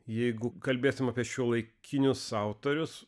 jeigu kalbėsim apie šiuolaikinius autorius